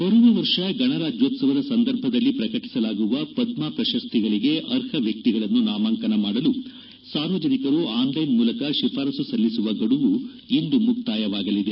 ಬರುವ ವರ್ಷ ಗಣರಾಜ್ಣೋತ್ಸವದ ಸಂದರ್ಭದಲ್ಲಿ ಪ್ರಕಟಸಲಾಗುವ ಪದ್ನ ಪ್ರಶಸ್ತಿಗಳಿಗೆ ಅರ್ಹ ವಕ್ಷಿಗಳನ್ನು ನಾಮಾಂಕನ ಮಾಡಲು ಸಾರ್ವಜನಿಕರು ಆನ್ಲೈನ್ ಮೂಲಕ ಶಿಫಾರಸ್ಸು ಸಲ್ಲಿಸುವ ಗಡುವು ಇಂದು ಮುಕ್ತಾಯವಾಗಲಿದೆ